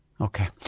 Okay